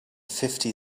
fifty